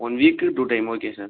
one வீக்குக்கு two time okay sir